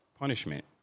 punishment